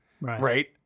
Right